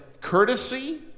courtesy